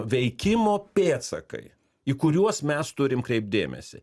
veikimo pėdsakai į kuriuos mes turim kreipt dėmesį